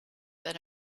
that